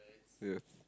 ya